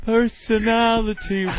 Personality